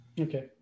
okay